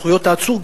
זכויות העצור,